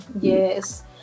Yes